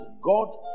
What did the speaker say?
God